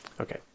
Okay